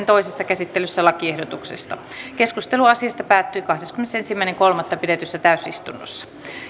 toisessa käsittelyssä lakiehdotuksista keskustelu asiasta päättyi kahdeskymmenesensimmäinen kolmatta kaksituhattaseitsemäntoista pidetyssä istunnossa